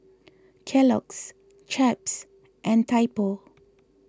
Kellogg's Chaps and Typo